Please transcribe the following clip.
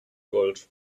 gold